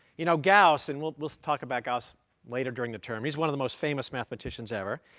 you know gauss and we'll we'll talk about gauss later during the term he's one of the most famous mathematicians ever.